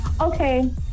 Okay